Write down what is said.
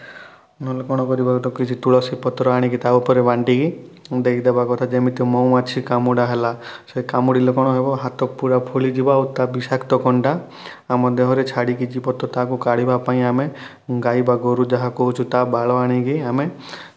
ନହେଲେ କ'ଣ କରିବ ତାକୁ କିଛି ତୁଳସୀପତ୍ର ଆଣିକି ତା'ଉପରେ ବାନ୍ଧିକି ଦେଇ ଦେବା କଥା ଯେମିତି ମହୁମାଛି କାମୁଡ଼ା ହେଲା ସେ କାମୁଡ଼ିଲେ କ'ଣ ହେବ ହାତ ପୁରା ଫୁଲିଯିବ ଆଉ ତା' ବିଷାକ୍ତ କଣ୍ଟା ଆମ ଦେହରେ ଛାଡ଼ିକି ଯିବ ତ ତାକୁ କାଢ଼ିବା ପାଇଁ ଆମେ ଗାଈ ବା ଗୋରୁ ଯାହା କହୁଛୁ ତା' ବାଳ ଆଣିକି ଆମେ